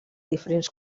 diferents